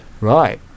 right